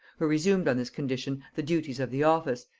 who resumed on this condition the duties of the office,